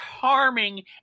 charming